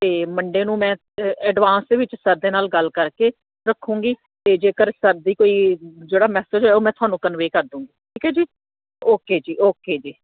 ਅਤੇ ਮੰਡੇ ਨੂੰ ਮੈਂ ਐਡਵਾਂਸ ਦੇ ਵਿੱਚ ਸਰ ਦੇ ਨਾਲ ਗੱਲ ਕਰਕੇ ਰੱਖੂਗੀ ਅਤੇ ਜੇਕਰ ਸਰ ਦਾ ਕੋਈ ਜਿਹੜਾ ਮੈਸੇਜ ਹੈ ਉਹ ਮੈਂ ਤੁਹਾਨੂੰ ਕਨਵੇ ਕਰ ਦਉ ਠੀਕ ਹੈ ਜੀ ਓਕੇ ਜੀ ਓਕੇ ਜੀ